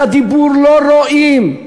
את הדיבור לא רואים,